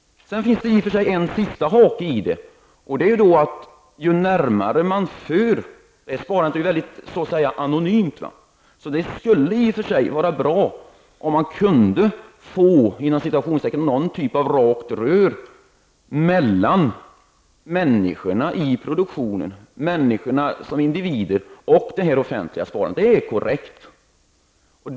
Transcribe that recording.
Det finns i och för sig en sista hake i detta. Detta sparande är ju mycket anonymt. Det skulle vara bra om man kunde få av ''någon typ rakt rör'' mellan människorna i produktionen, människorna som individer, och det offentliga sparandet. Det är korrekt.